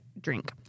drink